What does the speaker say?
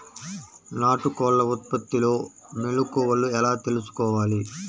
నాటుకోళ్ల ఉత్పత్తిలో మెలుకువలు ఎలా తెలుసుకోవాలి?